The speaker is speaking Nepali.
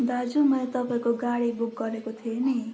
दाजु मैले तपाईँको गाडी बुक गरेको थिएँ नि